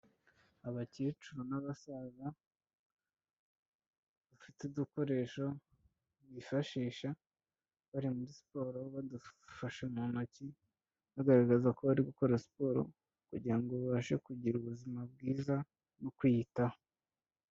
Abakecuru n'abasaza bafite udukoresho bifashisha bari muri siporo badufashe mu ntoki, bagaragaza ko bari gukora siporo kugira babashe kugira ubuzima bwiza no kwiyitaho.